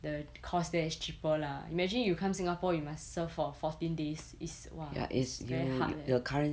the cost there is cheaper lah imagine you come singapore you must serve for fourteen days it's !wah! it's very hard leh